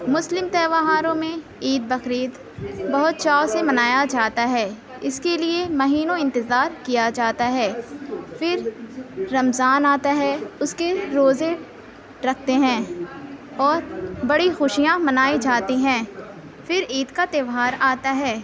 مسلم تہواروں میں عید بقرعید بہت چاؤ سے منایا جاتا ہے اس کے لئے مہینوں انتظار کیا جاتا ہے پھر رمضان آتا ہے اس کے روزے رکھتے ہیں اور بڑی خوشیاں منائی جاتی ہیں پھر عید کا تہوار آتا ہے